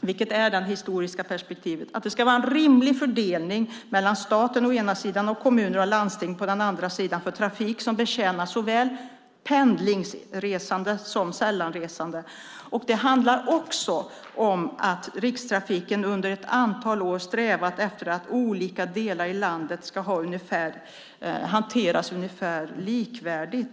vilket är det historiska perspektivet, att det ska vara en rimlig fördelning mellan staten å ena sidan och kommuner och landsting å den andra sidan för trafik som betjänar såväl pendlingsresandet som sällanresandet. Det handlar också om att Rikstrafiken under ett antal år strävat efter att olika delar av landet ska hanteras ungefär likvärdigt.